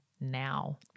now